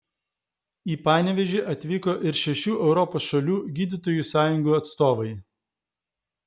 į panevėžį atvyko ir šešių europos šalių gydytojų sąjungų atstovai